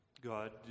God